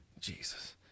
Jesus